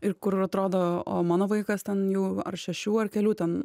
ir kur atrodo o mano vaikas ten jau ar šešių ar kelių ten